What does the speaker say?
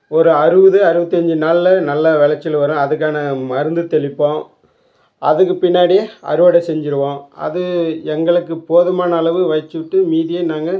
ஒரு அறுபது அறுபத்தஞ்சு நாளில் நல்லா விளைச்சல் வரும் அதுக்கான மருந்து தெளிப்போம் அதுக்குப் பின்னாடி அறுவடை செஞ்சுடுவோம் அது எங்களுக்குப் போதுமான அளவு வைச்சுட்டு மீதியை நாங்கள்